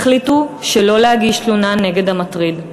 החליטו שלא להגיש תלונה נגד המטריד.